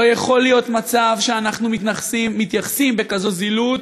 לא יכול להיות מצב שאנחנו מתייחסים בכזאת זילות,